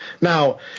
Now